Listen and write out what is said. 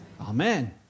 Amen